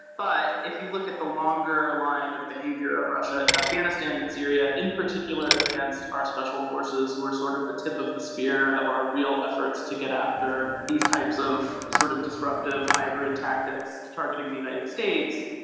but if you look at the longer line of behavior of russia in afghanistan and syria in particular, against our special forces, who are sort of the tip of the spear of our real efforts to get after these types of sort of disruptive hybrid tactics targeting the united states.